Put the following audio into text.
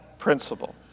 principle